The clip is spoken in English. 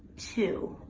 two?